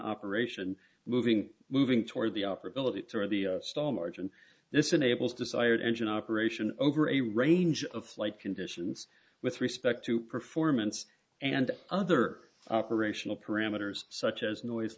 operation moving moving toward the operability stall margin this enables desired engine operation over a range of flight conditions with respect to performance and other operational parameters such as noise